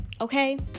Okay